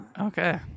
okay